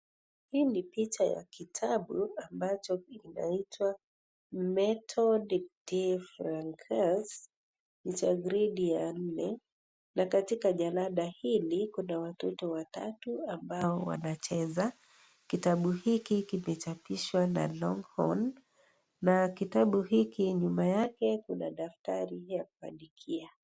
Hii ni picha ya kitabu ambacho kinaitwa (cs)methode for girls cs()ni cha gredi ya nne na katika jalada hili Kuna watoto watatu ambao wanacheza kitabu hiki kimechapishwa na Longhorn na kitabu hiki nyuma yake Kuna daftari la kuandikia.